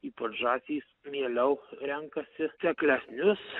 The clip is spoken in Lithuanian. ypač žąsys mieliau renkasi seklesnius